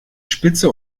spitze